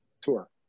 tour